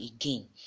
again